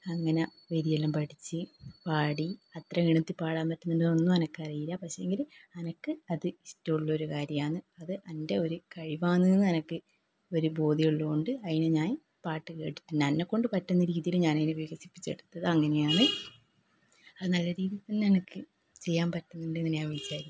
അങ്ങനെ വരിയെല്ലാം പഠിച്ച് പാടി അത്ര ഈണത്തിൽ പാടാൻ പറ്റുന്നുണ്ടോന്ന് ഒന്നും എനിക്കറിയില്ല പക്ഷേ എങ്കിൽ എനിക്ക് അത് ഇഷ്ടമുള്ളൊരു കാര്യമെന്ന് അത് എൻ്റെ ഒരു കഴിവാണെന്ന് എനിക്ക് ഒരു പൂതിയുള്ള കൊണ്ട് അതിനെ ഞാൻ പാട്ട് കേട്ടിട്ടുണ്ട് എന്നെകൊണ്ട് പറ്റുന്ന രീതിയിൽ ഞാൻ അതിനെ വികസിപ്പിച്ചെടുത്തത് അങ്ങനെയാണ് ആ നല്ല രീതി തന്നെ എനിക്ക് ചെയ്യാൻ പറ്റുന്നുണ്ടെന്ന് ഞാൻ വിചാരിക്കുന്നു